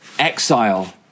exile